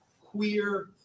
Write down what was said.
Queer